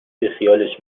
بیخیالش